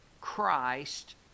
Christ